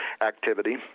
activity